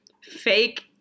fake